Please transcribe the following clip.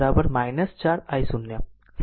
સંબંધ મળ્યો છે